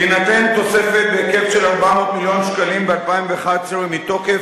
תינתן תוספת בהיקף של 400 מיליון שקלים ב-2011 מתוקף